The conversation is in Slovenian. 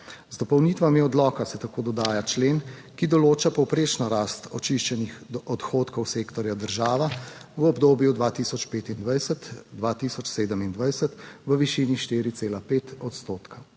Z dopolnitvami odloka se tako dodaja člen, ki določa povprečno rast očiščenih odhodkov sektorja država v obdobju 2025-2027 v višini 4,5 odstotka